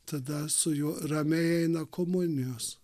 tada su juo ramiai eina komunijos